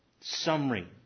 Summary